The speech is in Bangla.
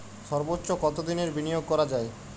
সর্বোচ্চ কতোদিনের বিনিয়োগ করা যায়?